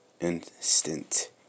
Instant